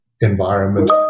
environment